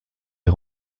les